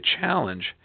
challenge